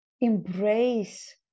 Embrace